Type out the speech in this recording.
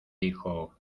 dijo